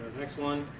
next one